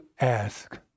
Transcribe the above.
ask